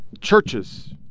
churches